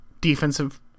defensive